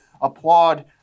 applaud